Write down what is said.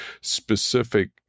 specific